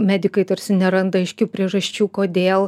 medikai tarsi neranda aiškių priežasčių kodėl